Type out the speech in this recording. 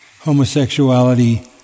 homosexuality